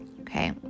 Okay